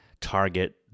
target